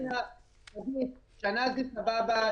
שגית, שנה זה סבבה.